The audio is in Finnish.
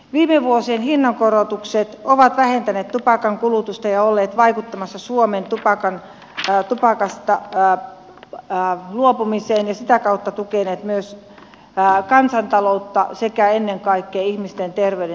viime vuosien hinnankorotukset ovat vähentäneet tupakan kulutusta ja olleet vaikuttamassa suomessa tupakasta luopumiseen ja sitä kautta tukeneet myös kansantaloutta sekä ennen kaikkea ihmisten terveydentilaa